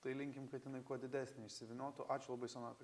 tai linkim kad jinai kuo didesnė išsivyniotų ačiū labai sonata